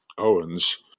Owens